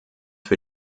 für